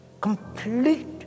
complete